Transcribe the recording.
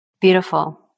Beautiful